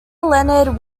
leonard